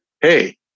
Hey